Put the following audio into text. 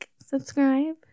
subscribe